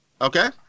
Okay